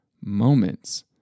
moments